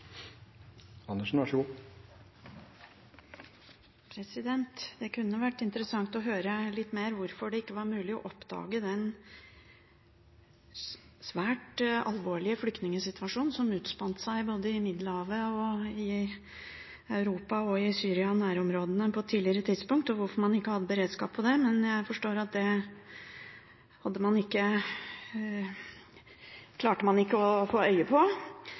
Det kunne vært interessant å høre litt mer om hvorfor det ikke var mulig å oppdage den svært alvorlige flyktningsituasjonen som utspant seg både i Middelhavet, i Europa, i Syria og i nærområdene, på et tidligere tidspunkt, og hvorfor man ikke hadde beredskap for det, men jeg forstår at det klarte man ikke å få øye på.